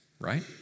right